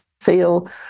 feel